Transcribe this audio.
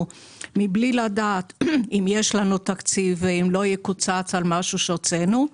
מבלי לדעת אם יש לנו תקציב ואם לא יקוצץ על משהו שהוצאנו.